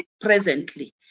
presently